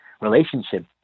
relationship